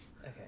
Okay